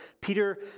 Peter